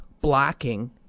blocking